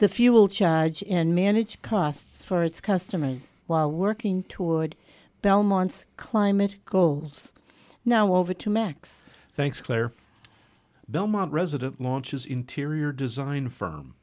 the fuel charge and manage costs for its customers while working toward belmont's climate goals now over to max thanks claire belmont resident launches interior design firm